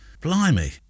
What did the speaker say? Blimey